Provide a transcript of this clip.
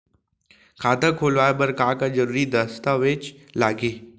खाता खोलवाय बर का का जरूरी दस्तावेज लागही?